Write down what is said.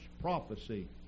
prophecy